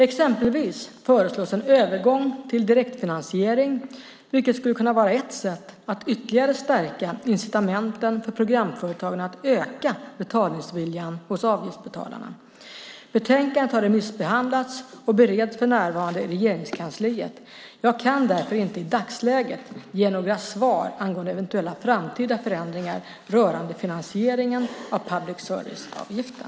Exempelvis föreslås en övergång till direktfinansiering, vilket skulle kunna vara ett sätt att ytterligare stärka incitamenten för programföretagen att öka betalningsviljan hos avgiftsbetalarna. Betänkandet har remissbehandlats och bereds för närvarande i Regeringskansliet. Jag kan därför inte i dagsläget ge några svar angående eventuella framtida förändringar rörande finansieringen av public service-verksamheten.